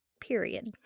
period